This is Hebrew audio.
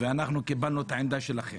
וקיבלנו את העמדה שלכם